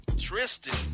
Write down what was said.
Tristan